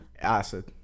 Acid